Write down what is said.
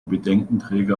bedenkenträger